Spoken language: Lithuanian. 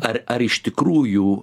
ar ar iš tikrųjų